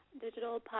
Digital